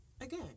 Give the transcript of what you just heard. again